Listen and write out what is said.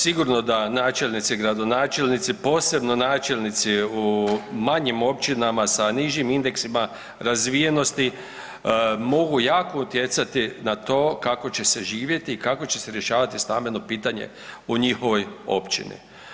Sigurno da načelnici i gradonačelnici, posebno načelnici u manjim općinama sa nižim indeksima razvijenosti mogu jako utjecati na to kako će se živjeti i kako će se rješavati stambeno pitanje u njihovoj općini.